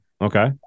Okay